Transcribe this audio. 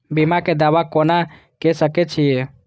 बीमा के दावा कोना के सके छिऐ?